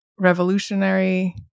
Revolutionary